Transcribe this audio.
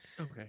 Okay